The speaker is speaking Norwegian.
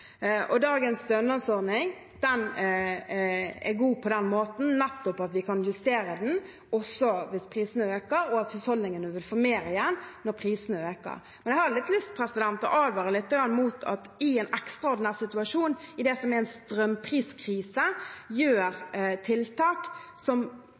Dagens stønadsordning er god på den måten, nettopp ved at vi kan justere den, også hvis prisene øker, og at husholdningene vil få mer igjen når prisene øker. Men jeg har lyst til å advare litt mot at man i en ekstraordinær situasjon, i det som er en strømpriskrise, gjør tiltak som